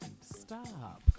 Stop